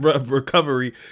recovery